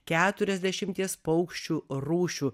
keturiasdešimties paukščių rūšių